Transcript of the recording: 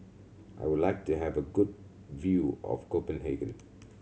I would like to have a good view of Copenhagen